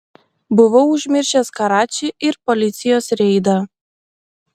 buvau užmiršęs karačį ir policijos reidą